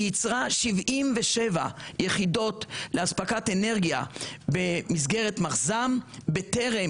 היא יצרה 77 יחידות לאספקת אנרגיה במסגרת מחז"מ בטרם